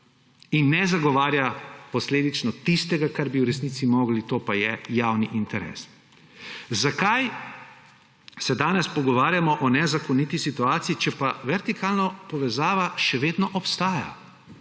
ne zagovarja tistega, kar bi v resnici moralo, to pa je javni interes. Zakaj se danes pogovarjamo o nezakoniti situaciji, če pa vertikalna povezava še vedno obstaja